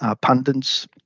pundits